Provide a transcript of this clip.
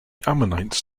ammonites